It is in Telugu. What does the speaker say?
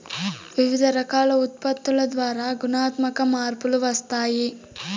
వివిధ రకాల ఉత్పత్తుల ద్వారా గుణాత్మక మార్పులు వస్తాయి